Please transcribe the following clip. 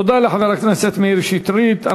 לחבר הכנסת מאיר שטרית.